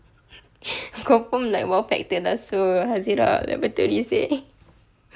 confirm like !wow! factor lah [siol] hazard head laboratory seh